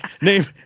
name